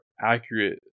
accurate